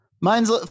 Mine's